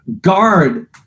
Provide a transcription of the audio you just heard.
guard